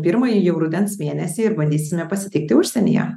pirmąjį rudens mėnesį bandysime pasitikti užsienyje